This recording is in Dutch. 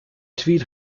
tweet